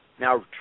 Now